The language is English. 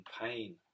pain